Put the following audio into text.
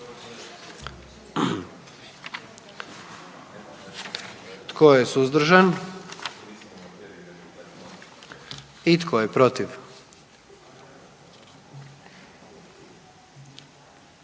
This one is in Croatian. Tko je suzdržan? I tko je protiv?